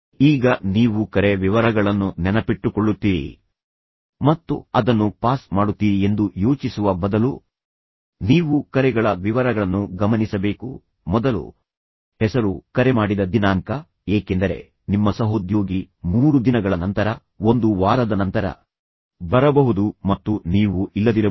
ಈಗ ನೀವು ಕರೆ ವಿವರಗಳನ್ನು ಗಮನಿಸುವುದು ಮುಖ್ಯ ನೀವು ಅದನ್ನು ನೆನಪಿಟ್ಟುಕೊಳ್ಳುತ್ತೀರಿ ಮತ್ತು ಅದನ್ನು ಪಾಸ್ ಮಾಡುತ್ತೀರಿ ಎಂದು ಯೋಚಿಸುವ ಬದಲು ವಿಶೇಷವಾಗಿ ಕಚೇರಿ ಪರಿಸ್ಥಿತಿ ಕಾರ್ಪೊರೇಟ್ಗಳು ನೀವು ಕರೆಗಳ ವಿವರಗಳನ್ನು ಗಮನಿಸಬೇಕು ಮೊದಲು ಹೆಸರು ವ್ಯಕ್ತಿ ಕರೆ ಮಾಡಿದ ದಿನಾಂಕ ಏಕೆಂದರೆ ನಿಮ್ಮ ಸಹೋದ್ಯೋಗಿ ಮೂರು ದಿನಗಳ ನಂತರ ಒಂದು ವಾರದ ನಂತರ ಬರಬಹುದು ಮತ್ತು ನೀವು ಇಲ್ಲದಿರಬಹುದು